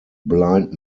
blind